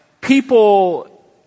people